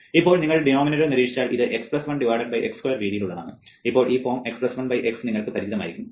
ഇപ്പോൾ നിങ്ങൾ ഡിനോമിനേറ്റർ നിരീക്ഷിച്ചാൽ ഇത് x 1 x സ്ക്വയർ രീതിയിലുള്ളതാണ് ഇപ്പോൾ ഈ ഫോം x 1 x നിങ്ങൾക്ക് പരിചിതമായിരിക്കും